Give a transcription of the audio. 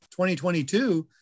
2022